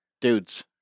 dudes